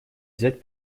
взять